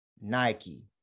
Nike